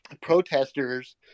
protesters